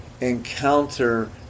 encounter